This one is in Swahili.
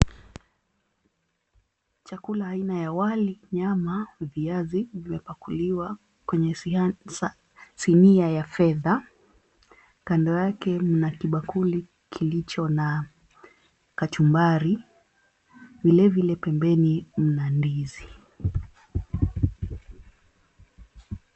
Chakula aina ya wali, nyama, viazi vimepakuliwa kwenye sinia ya fedha. Kando yake mna kibakuli kilicho na kachumbari. Vile vile pembeni mna ndizi.